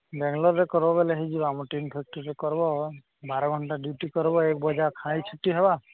ବେଙ୍ଗଲୋର୍ରେ କର୍ବ ବେଲେ ହେଇଯିବା ଆମ ଟିନ୍ ଫ୍ୟାକ୍ଟ୍ରିରେ କର୍ବ ବାର ଘଣ୍ଟା ଡ୍ୟୁଟି କର୍ବ ଏକ୍ ବଜା ଖାଇ ଛୁଟି ହେବା